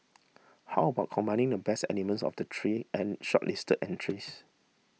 how about combining the best elements of the three and shortlisted entries